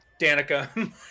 Danica